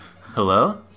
Hello